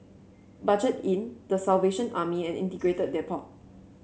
Budget Inn The Salvation Army and Integrated Depot